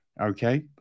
Okay